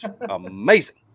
amazing